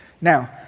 Now